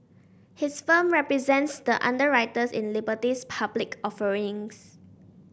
his firm represents the underwriters in Liberty's public offerings